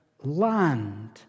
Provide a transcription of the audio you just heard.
land